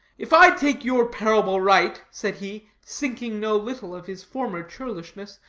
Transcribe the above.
if i take your parable right, said he, sinking no little of his former churlishness,